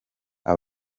aba